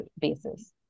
basis